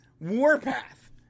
warpath